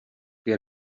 que